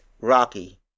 Rocky